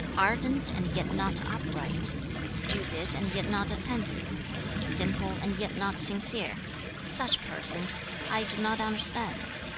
ardent and yet not upright stupid and yet not attentive simple and yet not sincere such persons i do not understand